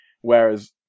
whereas